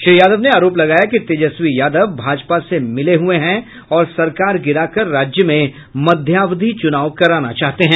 श्री यादव ने आरोप लगाया कि तेजस्वी यादव भाजपा से मिले हुये हैं और सरकार गिराकर राज्य में मध्यावधि चूनाव कराना चाहते हैं